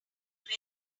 very